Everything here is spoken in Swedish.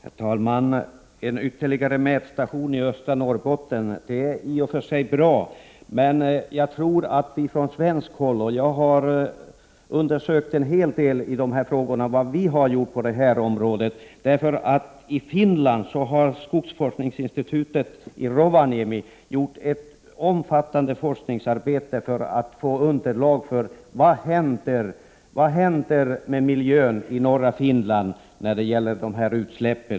Herr talman! En ytterligare mätstation i östra Norrbotten är i och för sig bra. Jag har gjort en hel del undersökningar för att se vad vi har gjort på detta område. I Finland har skogsforskningsinstitutet i Rovaniemi gjort ett omfattande forskningsarbete för att få underlag avseende vad som händer med miljön i norra Finland inför dessa utsläpp.